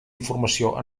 informació